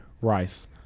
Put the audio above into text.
Rice